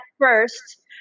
first